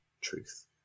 truth